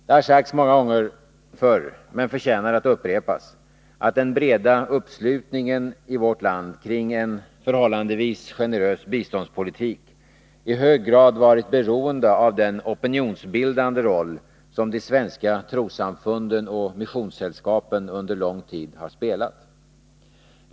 Det har sagts många gånger förr men förtjänar att upprepas, att den breda uppslutningen i vårt land kring en förhållandevis generös biståndspolitik i hög grad varit beroende av den opinionsbildande roll som de svenska trossamfunden och missionssällskapen under lång tid har spelat.